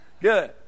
Good